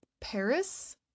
Paris